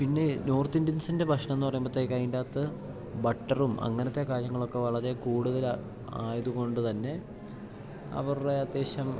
പിന്നെ നോർത്തിന്ത്യൻസിൻ്റെ ഭക്ഷണമെന്ന് പറയുമ്പത്തേക്ക് അതിൻ്റെ അകത്ത് ബട്ടറും അങ്ങനത്തെ കാര്യങ്ങളൊക്ക വളരെ കൂടുതൽ ആയത്കൊണ്ട് തന്നെ അവരുടെ അത്യാവശ്യം